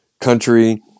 country